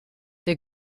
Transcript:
der